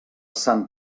sant